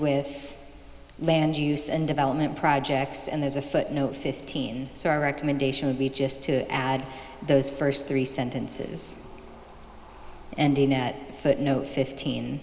with land use and development projects and there's a footnote fifteen so our recommendation would be just to add those first three sentences and the net footnote fifteen